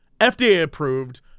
FDA-approved